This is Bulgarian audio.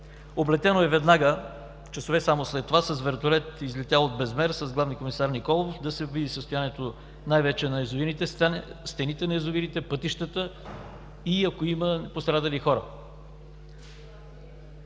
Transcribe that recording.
Облетяно е веднага, часове само след това, с вертолет, излетял от Безмер с главен комисар Николов, да се види състоянието най вече на стените на язовирите, пътищата и ако има пострадали хора.